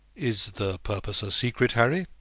is the purpose a secret, harry?